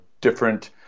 different